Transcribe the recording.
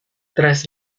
tras